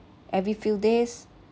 every few days